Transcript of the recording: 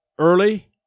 early